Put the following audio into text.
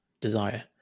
desire